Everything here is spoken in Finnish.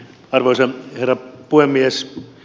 arvoisa herra puhemies